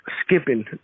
skipping